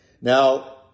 Now